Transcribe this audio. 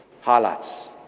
highlights